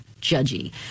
judgy